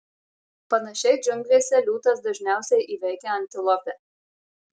panašiai džiunglėse liūtas dažniausiai įveikia antilopę